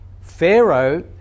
Pharaoh